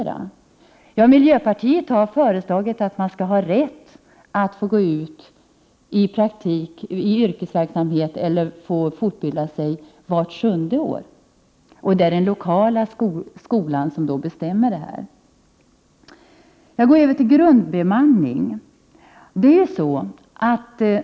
Vi i miljöpartiet har föreslagit att man skall ha rätt till praktik i yrkeslivet. Eller också skall man ha rätt till fortbildning vart sjunde år. Det är den lokala skolan som bestämmer i det avseendet. Sedan något om grundbemanningen.